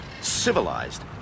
civilized